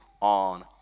on